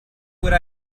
would